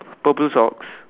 purple socks